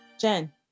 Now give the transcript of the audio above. Jen